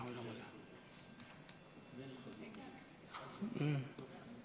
בסם אללה א-רחמאן א-רחים.